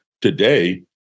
today